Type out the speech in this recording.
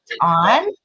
on